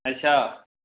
अच्छा